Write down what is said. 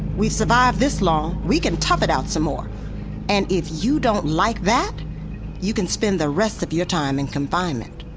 we've survived this long, we can tough it out some more and if you don't like that you can spend the rest of you time in and confinement